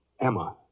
Emma